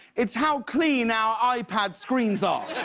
it's how clean our ah ipad screens um